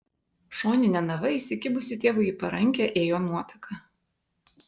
šonine nava įsikibusi tėvui į parankę ėjo nuotaka